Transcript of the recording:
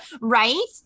right